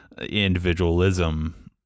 individualism